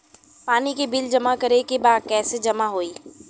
पानी के बिल जमा करे के बा कैसे जमा होई?